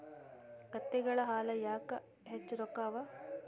ಕತ್ತೆಗಳ ಹಾಲ ಯಾಕ ಹೆಚ್ಚ ರೊಕ್ಕ ಅವಾ?